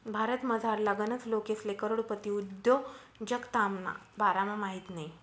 भारतमझारला गनच लोकेसले करोडपती उद्योजकताना बारामा माहित नयी